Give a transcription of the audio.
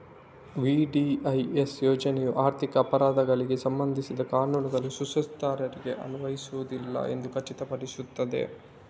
VDIS ಯೋಜನೆಯು ಆರ್ಥಿಕ ಅಪರಾಧಗಳಿಗೆ ಸಂಬಂಧಿಸಿದ ಕಾನೂನುಗಳು ಸುಸ್ತಿದಾರರಿಗೆ ಅನ್ವಯಿಸುವುದಿಲ್ಲ ಎಂದು ಖಚಿತಪಡಿಸುತ್ತದೆ